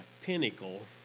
pinnacle